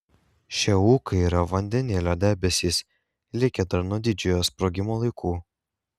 šie ūkai yra vandenilio debesys likę dar nuo didžiojo sprogimo laikų